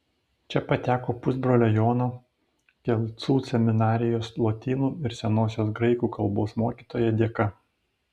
čia pateko pusbrolio jono kelcų seminarijos lotynų ir senosios graikų kalbos mokytojo dėka